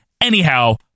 Anyhow